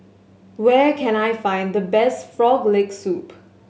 where can I find the best Frog Leg Soup